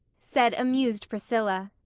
said amused priscilla.